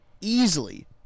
easily